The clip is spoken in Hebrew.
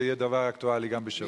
שזה יהיה דבר אקטואלי גם בשבוע הבא.